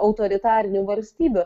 autoritarinių valstybių